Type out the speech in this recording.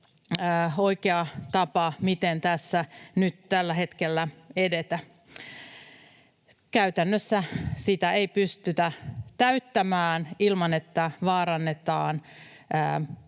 oikea tapa, miten edetä tässä tällä hetkellä. Käytännössä sitä ei pystytä täyttämään ilman, että vaarannetaan